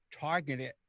targeted